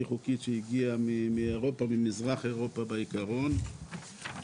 חוקית שהגיעה מאירופה וממזרח אירופה בעיקרון.